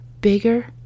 bigger